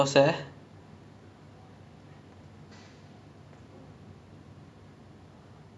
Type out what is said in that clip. because because dosa ய வந்து எதுல:ya vanthu ethula mix பண்ணி எப்டி போட்டாலும்:panni epdi potaalum you can always make a new dish out of dosa